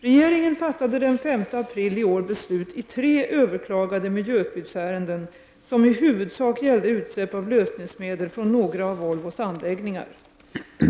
Regeringen fattade den 5 april i år beslut i tre överklagade miljöskyddsärenden som i huvudsak gällde utsläpp av lösningsmedel från några av Volvos anläggningar.